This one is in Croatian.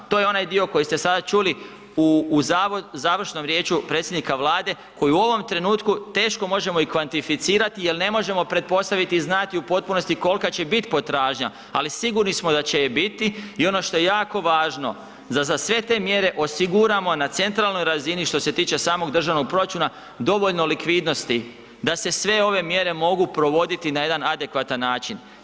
To je onaj dio koji ste sada čuli u, u završnom riječju predsjednika Vlade koji u ovom trenutku teško možemo i kvantificirati jel ne možemo pretpostaviti i znati u potpunosti kolka će bit potražnja, ali sigurni smo da će je biti i ono što je jako važno da za sve te mjere osiguramo na centralnoj razini što se tiče samog državnog proračuna dovoljno likvidnosti da se sve ove mjere mogu provoditi na jedan adekvatan način.